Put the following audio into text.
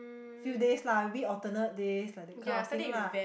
few days lah maybe alternate days like that kind of thing lah